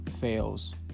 fails